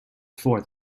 for